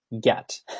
get